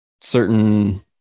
certain